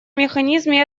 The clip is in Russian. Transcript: механизме